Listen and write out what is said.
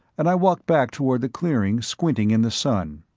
and i walked back toward the clearing squinting in the sun.